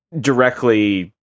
directly